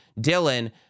Dylan